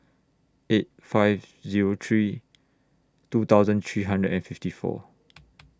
eight five Zero three two thousand three hundred and fifty four